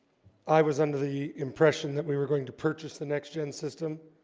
i was under the impression that we were going to purchase the next-gen system